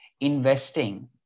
Investing